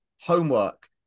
homework